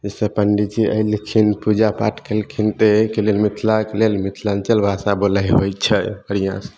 जाहि से पण्डित जी अयलखिन पूजा पाठ कयलखिन तऽ इहएके लेल मिथिलाक लेल मिथिलाञ्चल भाषा बोलनाइ होइत छै होइए